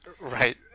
Right